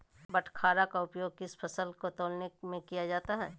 बाटखरा का उपयोग किस फसल को तौलने में किया जाता है?